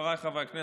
חבריי חברי הכנסת,